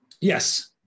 Yes